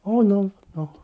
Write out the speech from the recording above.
oh no no